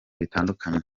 bitandukanye